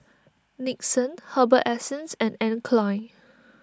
Nixon Herbal Essences and Anne Klein